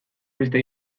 beste